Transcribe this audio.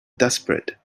desperate